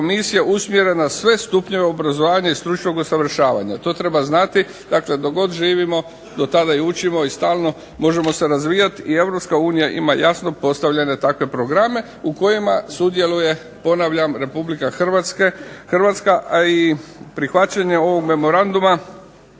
komisije usmjeren na sve stupnjeve obrazovanja i stručnog usavršavanja. To treba znati. Dakle, dok god živimo do tada i učimo i stalno možemo se razvijat i Europska unija ima jasno postavljene takve programe u kojima sudjeluje, ponavljam, Republika Hrvatska a i prihvaćanjem ovog memoranduma